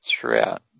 throughout